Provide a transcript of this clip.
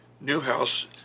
Newhouse